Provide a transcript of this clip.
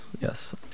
yes